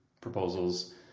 proposals